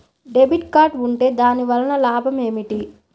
Debit card ఉంటే దాని వలన లాభం ఏమిటీ?